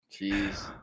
Jeez